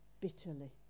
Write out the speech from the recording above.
bitterly